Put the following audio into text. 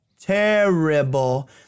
Terrible